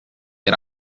era